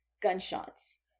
gunshots